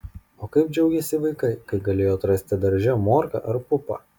o kaip džiaugėsi vaikai kai galėjo atrasti darže morką ar pupą